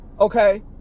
Okay